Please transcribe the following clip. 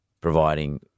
providing